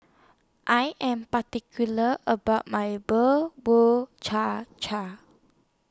I Am particular about My Bubur Cha Cha